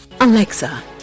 Alexa